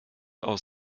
aus